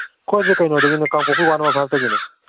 ꯑꯩꯈꯣꯏꯁꯦ ꯀꯩꯅꯣꯗꯒꯤꯅꯤ ꯀꯥꯡꯄꯣꯛꯄꯤ ꯋꯥꯠ ꯅꯝꯕꯔ ꯐꯥꯏꯚꯇꯒꯤꯅꯤ